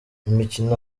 imikino